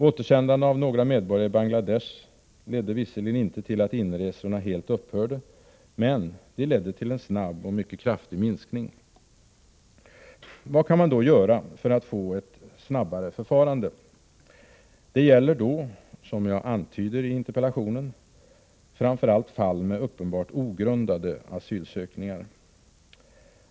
Återsändande av några medborgare i Bangladesh ledde visserligen inte till att inresorna helt upphörde, men de ledde till en snabb och mycket kraftig minskning. Vad kan man då göra för att få ett snabbare förfarande? Detta gäller — som jag antyder i interpellationen — framför allt fall med uppenbart ogrundade asylsökningar.